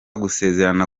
gusezerana